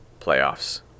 playoffs